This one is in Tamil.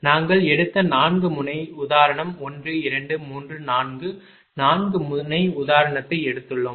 நாங்கள் எடுத்த 4 முனை உதாரணம் 1 2 3 4 4 முனை உதாரணத்தை எடுத்துள்ளோம்